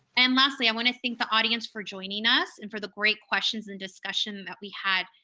and lastly, i wanna thank the audience for joining us and for the great questions and discussion that we had.